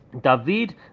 David